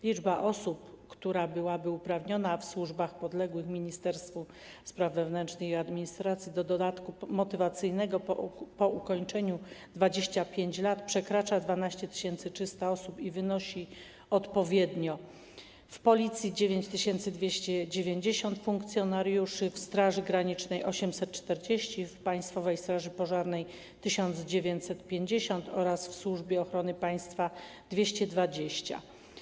Liczba osób, która byłaby uprawniona w służbach podległych ministerstwu Spraw Wewnętrznych i Administracji do dodatku motywacyjnego po ukończeniu 25 lat, przekracza 12 300 osób i wynosi odpowiednio: w Policji - 9290 funkcjonariuszy, w Straży Granicznej - 840, w Państwowej Straży Pożarnej - 1950 oraz w Służbie Ochrony Państwa - 220.